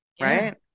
right